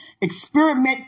experiment